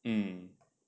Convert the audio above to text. mm